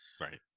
Right